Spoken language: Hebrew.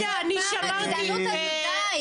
מה הגזענות הזאת - דיי?